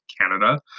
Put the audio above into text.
Canada